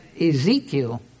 Ezekiel